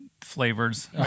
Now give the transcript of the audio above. flavors